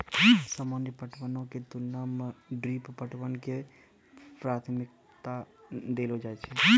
सामान्य पटवनो के तुलना मे ड्रिप पटवन के प्राथमिकता देलो जाय छै